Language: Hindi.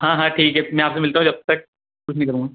हाँ हाँ ठीक है मैं आपसे मिलता हूँ जब तक कुछ नहीं करूँगा